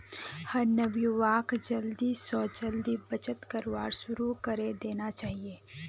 हर नवयुवाक जल्दी स जल्दी बचत करवार शुरू करे देना चाहिए